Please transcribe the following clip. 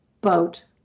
boat